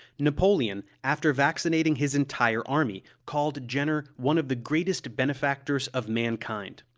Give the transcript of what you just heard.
napoleon, after vaccinating his entire army, called jenner one of the greatest benefactors of mankind.